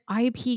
IP